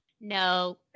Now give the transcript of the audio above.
no